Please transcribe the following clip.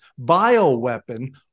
bioweapon